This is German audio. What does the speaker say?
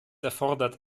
erfordert